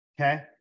okay